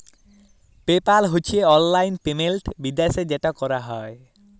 pay পাল হছে অললাইল payment বিদ্যাশে যেট ক্যরা হ্যয়